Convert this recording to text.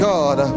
God